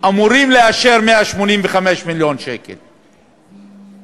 שאמורים לאשר 185 מיליון שקל שהובטחו,